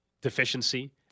deficiency